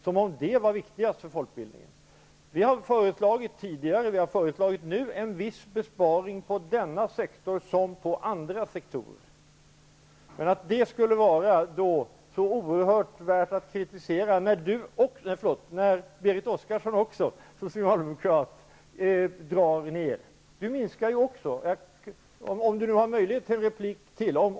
Som om det vore det viktigaste för folkbildningen! Vi har tidigare och även nu föreslagit en viss besparing inom denna sektor liksom inom andra sektorer. Jag förstår inte att det skulle vara så oerhört värt att kritisera när Berit Oscarsson, socialdemokrat, också föreslår en neddragning. Berit Oscarsson vill ju också minska på anslagen.